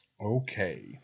Okay